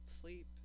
sleep